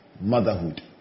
motherhood